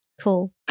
Cool